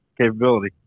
capability